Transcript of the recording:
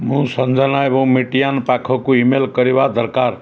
ମୁଁ ସଞ୍ଜନା ଏବଂ ମିଟିଅନ୍ ପାଖକୁ ଇମେଲ୍ କରିବା ଦରକାର